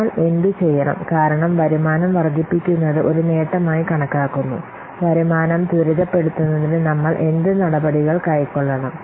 നിങ്ങൾ എന്തുചെയ്യണം കാരണം വരുമാനം വർദ്ധിപ്പിക്കുന്നത് ഒരു നേട്ടമായി കണക്കാക്കുന്നു വരുമാനം ത്വരിതപ്പെടുത്തുന്നതിന് നമ്മൾ എന്ത് നടപടികൾ കൈക്കൊള്ളണം